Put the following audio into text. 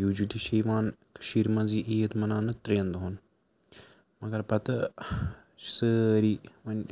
یوٗجولی چھِ یِوان کٔشیٖرِ منٛز یہِ عیٖد مَناونہٕ ترٛٮ۪ن دۄہَن مگر پَتہٕ چھِ سٲری وۄنۍ